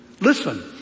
Listen